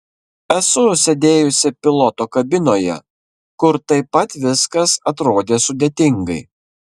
esu sėdėjusi piloto kabinoje kur taip pat viskas atrodė sudėtingai